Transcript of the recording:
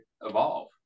evolve